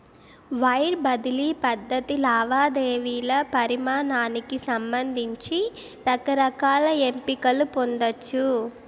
wire బదిలీ పద్ధతి లావాదేవీల పరిమానానికి సంబంధించి రకరకాల ఎంపికలు పొందచ్చు